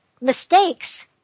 mistakes